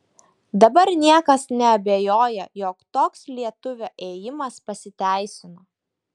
dabar niekas neabejoja jog toks lietuvio ėjimas pasiteisino